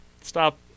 Stop